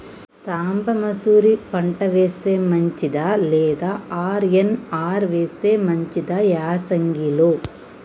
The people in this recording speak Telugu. సాంబ మషూరి పంట వేస్తే మంచిదా లేదా ఆర్.ఎన్.ఆర్ వేస్తే మంచిదా యాసంగి లో?